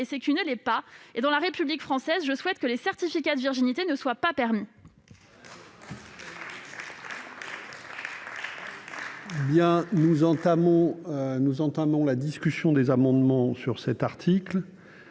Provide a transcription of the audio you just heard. et ce qui ne l'est pas. Dans la République française, je souhaite donc que les certificats de virginité ne soient pas permis.